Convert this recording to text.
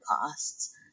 costs